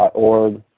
org,